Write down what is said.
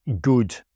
good